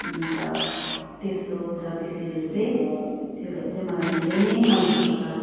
अन्त त्यस्तो छ त्यो सिरियल चाहिँ त्यो भएर चाहिँ मलाई धेरै नै मनपर्छ